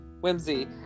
whimsy